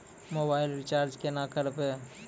Mobile recharge केना करबै?